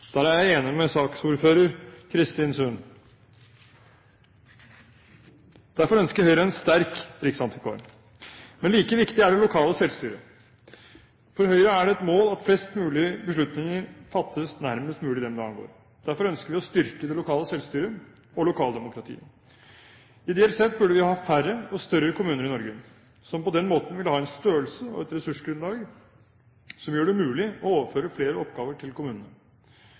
Der er jeg enig med saksordfører Eirin Kristin Sund. Derfor ønsker Høyre en sterk riksantikvar. Men like viktig er det lokale selvstyret. For Høyre er det et mål at flest mulig beslutninger fattes nærmest mulig dem det angår. Derfor ønsker vi å styrke det lokale selvstyret og lokaldemokratiet. Ideelt sett burde vi ha færre og større kommuner i Norge, som på den måten vil ha en størrelse og et ressursgrunnlag som gjør det mulig å overføre flere oppgaver til kommunene.